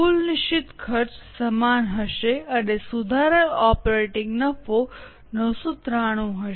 કુલ નિશ્ચિત ખર્ચ સમાન હશે અને સુધારેલ ઓપરેટીંગ નફો 993 હશે